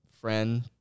friend